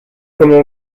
comment